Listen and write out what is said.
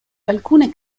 alcune